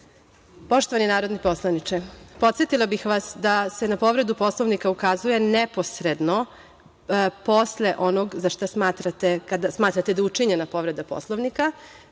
narodni poslaniče, podsetila bih vas da se na povredu Poslovnika ukazuje neposredno posle onoga za šta smatrate da je učinjena povreda Poslovnika.